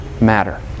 matter